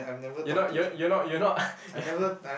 you're not you're you're not you're not ya